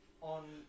on-